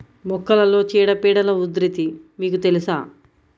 మొక్కలలో చీడపీడల ఉధృతి మీకు తెలుసా?